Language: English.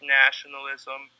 nationalism